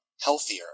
healthier